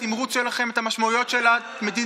את התמרוץ שלכם, את המשמעויות של המדיניות?